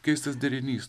keistas derinys